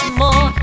more